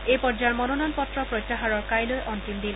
এই পৰ্যায়ৰ মনোনয়ন পত্ৰ প্ৰত্যাহাৰৰ কাইলৈ অন্তিম দিন